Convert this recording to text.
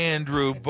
Andrew